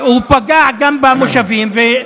הוא פגע גם במושבים.